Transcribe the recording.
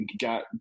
Got